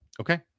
Okay